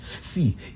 See